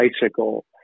bicycle